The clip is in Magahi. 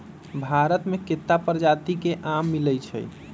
भारत मे केत्ता परजाति के आम मिलई छई